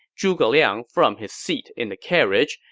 zhuge liang from his seat in the carriage,